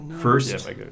First